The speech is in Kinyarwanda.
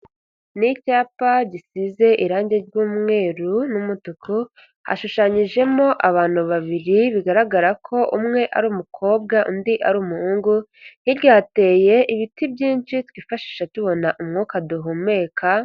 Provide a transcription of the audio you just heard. Ni icyapa gisize irangi ry'umweru n'umutuku, hashushanyijemo abantu babiri bigaragara ko umwe ari umukobwa undi ari umuhungu, hirya hateye ibiti byinshi twifashisha tubona umwuka duhumeka.